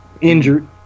injured